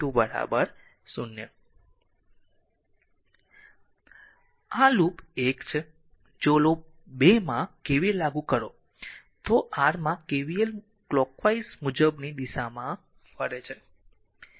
આ r loop 1 છે જો લૂપ 2 r માં r KVL લાગુ કરો તો rમાં એ કલોકવાઈઝ મુજબની દિશામાં ફરે છે